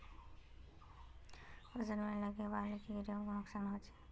फसल में लगने वाले कीड़े से की नुकसान होचे?